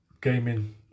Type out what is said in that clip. gaming